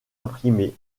imprimé